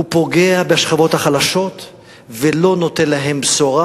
הוא פוגע בשכבות החלשות ולא נותן להן בשורה,